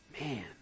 Man